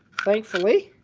thankfully.